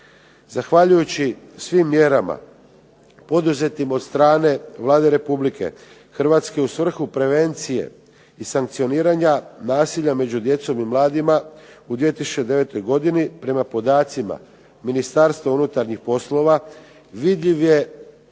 Zahvaljujući svim mjerama poduzetim od strane Vlade Republike Hrvatske u svrhu prevencije i sankcioniranja nasilja među djecom i mladima u 2009. godini prema podacima Ministarstva unutarnjih poslova vidljiv je